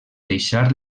deixar